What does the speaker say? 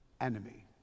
enemy